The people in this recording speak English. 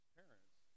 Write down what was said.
parents